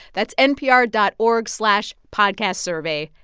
that's npr dot org slash podcastsurvey.